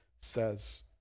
says